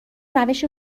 روش